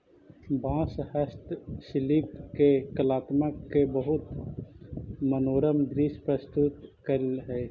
बाँस हस्तशिल्पि के कलात्मकत के बहुत मनोरम दृश्य प्रस्तुत करऽ हई